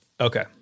Okay